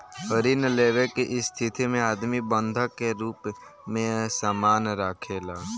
ऋण लेवे के स्थिति में आदमी बंधक के रूप में सामान राखेला